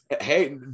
Hey